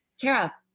Kara